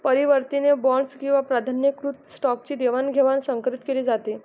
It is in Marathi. परिवर्तनीय बॉण्ड्स किंवा प्राधान्यकृत स्टॉकची देवाणघेवाण संकरीत केली जाते